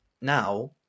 now